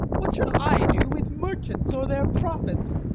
what should i do with merchants or their profits?